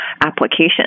application